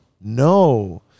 No